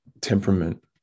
temperament